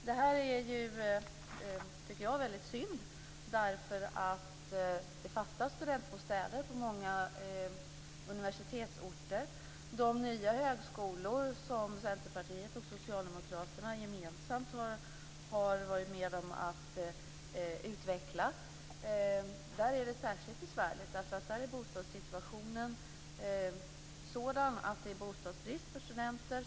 Det här är, tycker jag, väldigt synd, därför att det fattas studentbostäder på många universitetsorter. De nya högskolor som Centerpartiet och Socialdemokraterna gemensamt har varit med om att utveckla befinner sig i en särskilt besvärlig situation därför att på de orter där de ligger är bostadssituationen sådan att det är bostadsbrist för studenter.